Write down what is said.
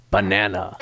Banana